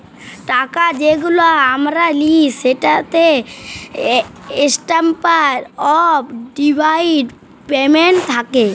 টাকা যেগুলা আমরা লিই সেটতে ইসট্যান্ডারড অফ ডেফার্ড পেমেল্ট থ্যাকে